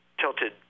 tilted